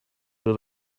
did